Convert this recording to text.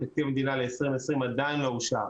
תקציב המדינה ל-2020 עדיין לא אושר.